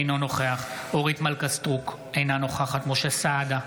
אינו נוכח אורית מלכה סטרוק, אינה נוכחת משה סעדה,